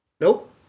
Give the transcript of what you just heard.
Nope